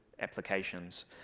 applications